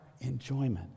enjoyment